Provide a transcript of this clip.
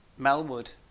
Melwood